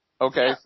Okay